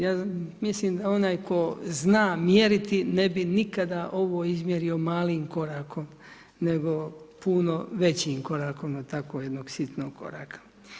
Ja mislim da onaj tko zna mjeriti ne bi nikada ovo izmjerio malim korakom nego puno većim korakom na tako jednog sitnog koraka.